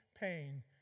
pain